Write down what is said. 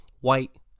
white